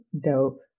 dope